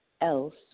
else